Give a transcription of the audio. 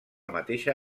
mateixa